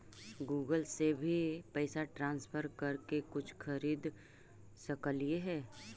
Google से भी पैसा ट्रांसफर कर के कुछ खरिद सकलिऐ हे?